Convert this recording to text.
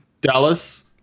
Dallas